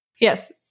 Yes